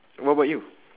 what about you